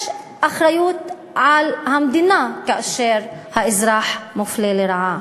יש אחריות על המדינה כאשר אזרח מופלה לרעה,